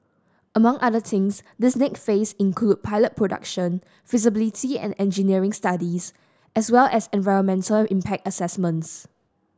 among other things this next phase include pilot production feasibility and engineering studies as well as environmental impact assessments